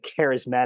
charismatic